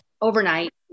overnight